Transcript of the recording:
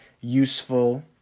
useful